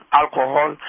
alcohol